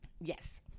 Yes